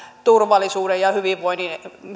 turvallisuuden ja hyvinvoinnin